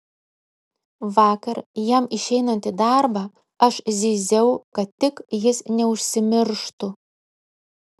vakar jam išeinant į darbą aš zyziau kad tik jis neužsimirštų